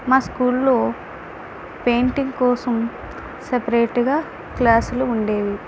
మా స్కూల్లో పెయింటింగ్ కోసం సపరేట్గా క్లాసులు ఉండేవి